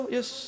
Yes